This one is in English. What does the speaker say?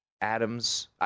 Adams